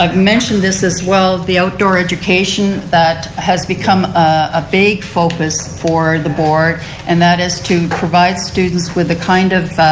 like mentioned this as well. the outdoor education that has become a big focus for the board and that is to provide students with the kind of